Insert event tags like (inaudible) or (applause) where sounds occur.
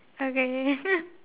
okay (laughs)